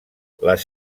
les